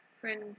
friend